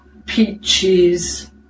Peaches